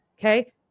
okay